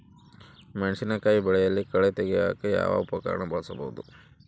ಮೆಣಸಿನಕಾಯಿ ಬೆಳೆಯಲ್ಲಿ ಕಳೆ ತೆಗಿಯಾಕ ಯಾವ ಉಪಕರಣ ಬಳಸಬಹುದು?